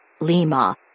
Lima